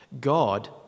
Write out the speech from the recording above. God